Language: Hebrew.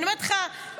אני אומרת לך אמיתי,